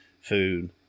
Food